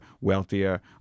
wealthier